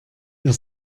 ihr